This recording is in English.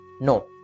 No